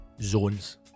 zones